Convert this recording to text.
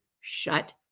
shut